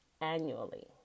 annually